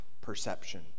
perception